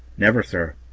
never, sir.